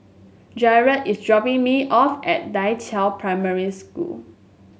Gearld is dropping me off at Da Qiao Primary School